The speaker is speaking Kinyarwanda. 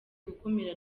gukumira